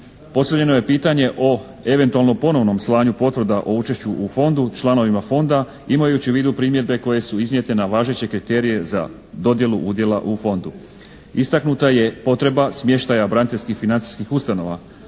Postavljeno je pitanje o eventualno ponovnom slanju potvrda o učešću u Fondu članovima Fonda imajući u vidu primjedbe koje su iznijete na važeće kriterije za dodjelu udjela u Fondu. Istaknuta je potreba smještaja braniteljskih financijskih ustanova,